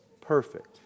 Perfect